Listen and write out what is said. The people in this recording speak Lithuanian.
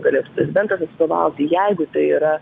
galėtų prezidentas atstovauti jeigu tai yra